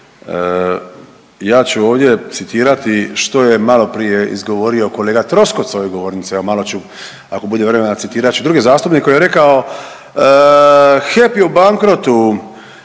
ja ću ovdje citirati što je maloprije izgovorio kolega Troskot s ove govornice, evo malo ću ako bude vremena citirat ću i druge zastupnike, koji je rekao HEP je u bankrotu,